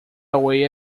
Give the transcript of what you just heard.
away